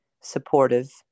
supportive